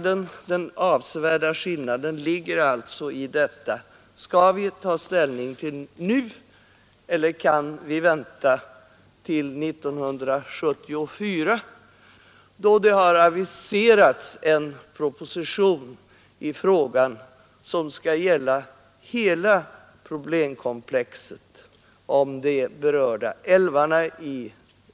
Den avsevärda skillnaden är om vi skall ta ställning nu eller kan vänta till 1974, då det har aviserats en proposition i frågan, som skall gälla hela problemkomplexet om de berörda älvarna i